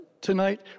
tonight